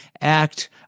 act